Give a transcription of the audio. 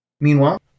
Meanwhile